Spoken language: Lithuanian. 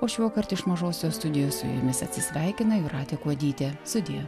o šiuokart iš mažosios studijos su jumis atsisveikina jūratė kuodytė sudie